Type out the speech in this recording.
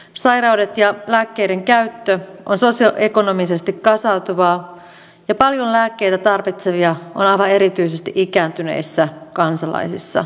sairaudet ja lääkkeiden käyttö ovat sosioekonomisesti kasautuvia ja paljon lääkkeitä tarvitsevia on aivan erityisesti ikääntyneissä kansalaisissa